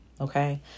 Okay